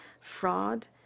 fraud